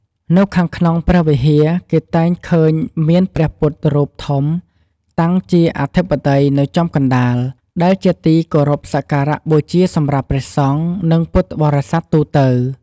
នៅខាងក្នុងព្រះវិហារ គេតែងឃើញមាន ព្រះពុទ្ធរូបធំ តាំងជាអធិបតីនៅចំកណ្ដាល ដែលជាទីគោរពសក្ការៈបូជាសម្រាប់ព្រះសង្ឃ និងពុទ្ធបរិស័ទទូទៅ។